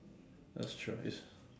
that's true it's